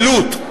העלות,